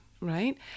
right